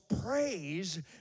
praise